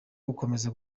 gukomeza